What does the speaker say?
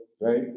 right